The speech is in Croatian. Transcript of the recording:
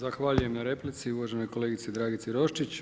Zahvaljujem na replici uvaženoj kolegici Dragici Roščić.